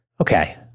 Okay